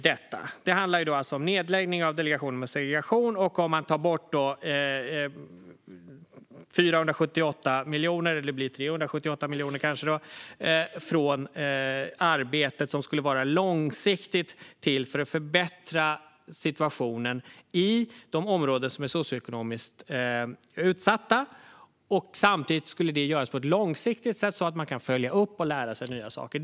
Det handlar alltså om nedläggning av Delegationen mot segregation och om att ta bort 378 miljoner, som det kanske blir då, från arbetet som skulle vara långsiktigt och till för att förbättra situationen i socioekonomiskt utsatta områden. Det skulle göras på ett långsiktigt sätt för att man skulle kunna följa upp och lära sig nya saker.